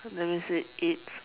that means it eats